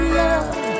love